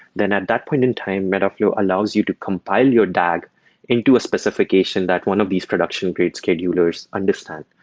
then at that point in time, metaflow allows you to compile your dag into a specification that one of these production period schedulers understand.